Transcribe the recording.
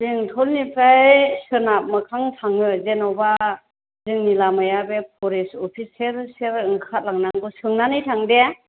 बेंथलनिफ्राय सोनाब मोखां थाङो जेनेबा जोंनि लामाया बे फरेस्ट अफिस सेर सेर ओंखार लांनांगौ सोंनानै थां दे